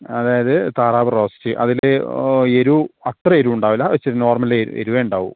അതായത് താറാവ് റോസ്റ്റ് അതിൽ എരിവ് അത്ര എരിവ് ഉണ്ടാവില്ല ഇച്ചിരി നോർമൽ എരിവേ ഉണ്ടാവൂ